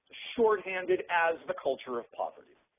shorthanded as the culture of poverty.